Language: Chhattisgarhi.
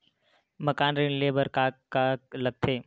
मकान ऋण ले बर का का लगथे?